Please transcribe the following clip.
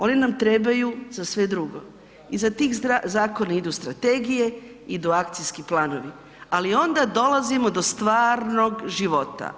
Oni nam trebaju za sve drugo, iza tih zakona idu strategije, idu akcijski planovi, ali onda dolazimo do stvarnog života.